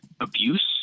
abuse